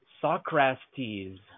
Socrates